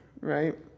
Right